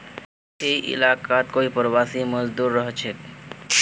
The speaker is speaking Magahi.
ई इलाकात कई प्रवासी मजदूर रहछेक